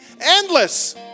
endless